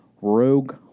rogue